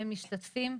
ומשתתפים,